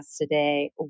today